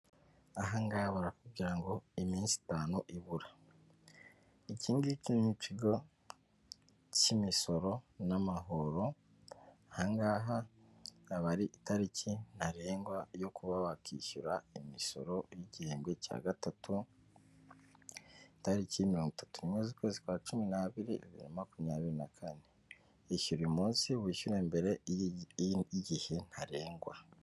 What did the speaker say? Aha ngaha barakubwira ngo iminsi itanu ibura. Iki ngiki ni ikigo cy'imisoro n'amahoro aha ngaha aba ari itariki ntarengwa yo kuba bakishyura imisoro y'igihembwe cya gatatu, itariki mirongo itatu n'imwe zukwezi kwa cumi n'abiri bibiri na makumyabiri na kane, yishyure uyu munsi wishyuhe mbere yigi ntarengwa.